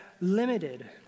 limited